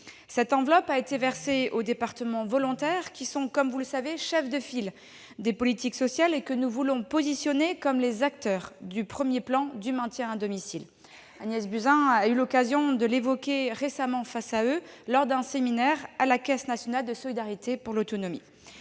Cette enveloppe a été versée aux départements volontaires qui, comme vous le savez, sont chefs de file des politiques sociales, et dont nous voulons faire des acteurs de premier plan du maintien à domicile. Agnès Buzyn a récemment eu l'occasion d'évoquer ce sujet devant eux lors d'un séminaire organisé par la Caisse nationale de solidarité pour l'autonomie.